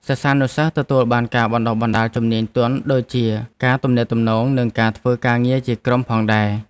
សិស្សានុសិស្សទទួលបានការបណ្តុះបណ្តាលជំនាញទន់ដូចជាការទំនាក់ទំនងនិងការធ្វើការងារជាក្រុមផងដែរ។